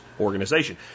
organization